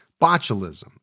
botulism